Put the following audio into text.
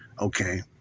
Okay